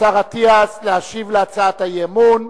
השר אטיאס, להשיב על הצעת האי-אמון.